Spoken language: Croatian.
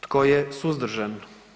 Tko je suzdržan?